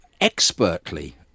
expertly